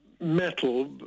metal